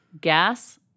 gas